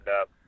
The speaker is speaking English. up